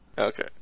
Okay